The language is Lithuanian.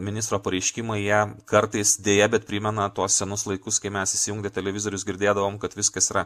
ministro pareiškimai jie kartais deja bet primena tuos senus laikus kai mes įsijungę televizorius girdėdavom kad viskas yra